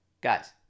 guys